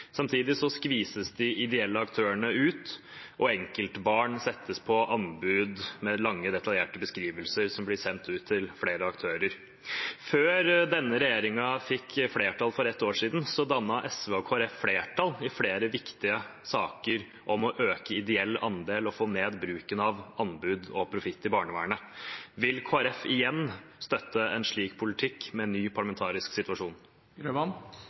Samtidig skvises de ideelle aktørene ut, og enkeltbarn settes ut på anbud, med lange, detaljerte beskrivelser som blir sendt ut til flere aktører. Før denne regjeringen fikk flertall for et år siden, dannet SV og Kristelig Folkeparti flertall i flere viktig saker om å øke ideell andel og få ned bruken av anbud og profitt i barnevernet. Vil Kristelig Folkeparti igjen støtte en slik politikk, med ny parlamentarisk situasjon?